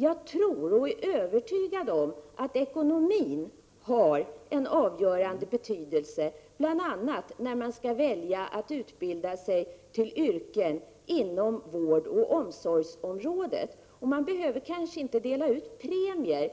Jag är övertygad om att ekonomin har en avgörande betydelse, bl.a. när man väljer att utbilda sig till ett yrke inom vårdoch omsorgsområdet. Man behöver kanske inte dela ut premier.